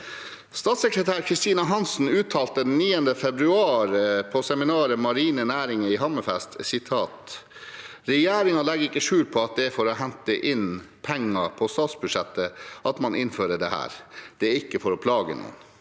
Statssekretær Kristina Hansen uttalte 9. februar på seminaret «Marine Næringer» i Hammerfest: Regjeringen legger ikke skjul på at det er for å hente inn penger på statsbudsjettet at man innfører dette. Det er ikke for å plage noen.